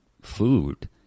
food